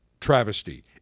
travesty